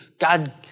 God